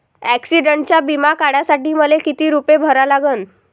ॲक्सिडंटचा बिमा काढा साठी मले किती रूपे भरा लागन?